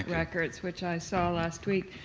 records which i saw last week,